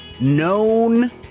known